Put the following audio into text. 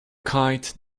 kite